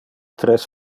tres